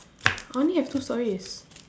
I only have two stories